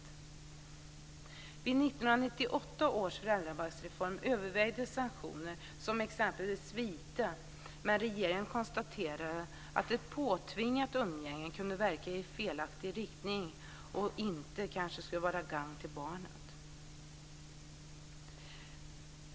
Vid 1998 års föräldrabalksreform övervägdes sanktioner, exempelvis vite, men regeringen konstaterade att ett påtvingat umgänge kunde verka i felaktig riktning och kanske inte skulle vara till gagn för barnet.